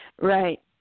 Right